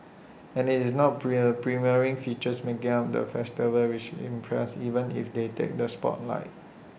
and IT is not prier premiering features making up the festival which impress even if they take the spotlight